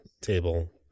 table